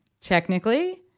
Technically